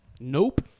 Nope